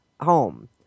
home